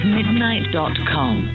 midnight.com